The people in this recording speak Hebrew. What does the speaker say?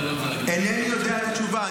אתה לא רוצה --- אינני יודע את התשובה.